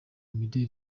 imideli